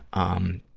um,